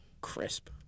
crisp